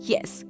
Yes